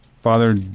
Father